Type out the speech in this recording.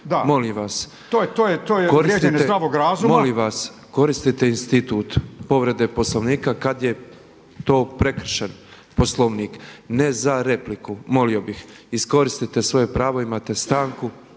bih, molim vas, koristite institut povrede Poslovnika kada je prekršen Poslovnik ne za repliku, molio bih. Iskoriste svoje pravo imate stanku